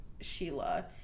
Sheila